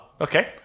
okay